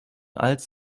als